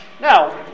Now